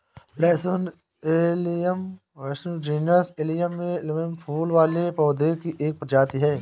लहसुन allium sativum genus allium में बल्बनुमा फूल वाले पौधे की एक प्रजाति है